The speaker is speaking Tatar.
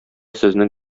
сезнең